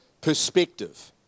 perspective